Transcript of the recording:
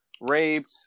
raped